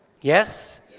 Yes